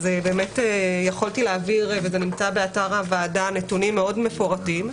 אז יכולתי להעביר וזה נמצא באתר הוועדה נתונים מאוד מפורטים.